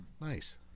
nice